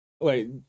wait